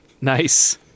Nice